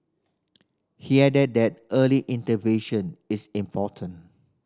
he added that early intervention is important